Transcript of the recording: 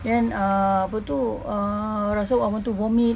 then ah apa tu ah rasa I want to vomit